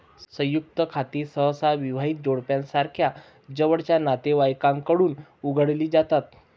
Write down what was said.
संयुक्त खाती सहसा विवाहित जोडप्यासारख्या जवळच्या नातेवाईकांकडून उघडली जातात